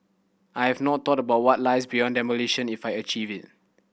I have not thought about what lies beyond demolition if I achieve it